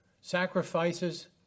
sacrifices